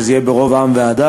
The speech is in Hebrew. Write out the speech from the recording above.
כדי שזה יהיה ברוב עם והדר.